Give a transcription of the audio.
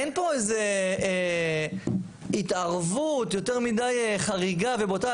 אין פה איזה התערבות יותר מדי חריגה ובוטה,